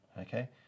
Okay